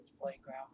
playground